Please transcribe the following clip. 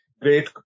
great